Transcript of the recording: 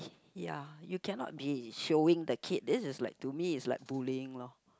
ya you cannot be showing the kid this is like for me is like bullying lor